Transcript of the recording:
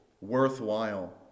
worthwhile